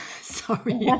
Sorry